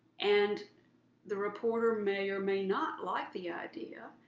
and the reporter may or may not like the idea,